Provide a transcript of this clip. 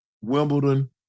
Wimbledon